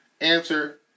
Answer